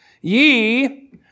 ye